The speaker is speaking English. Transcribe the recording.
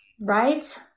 Right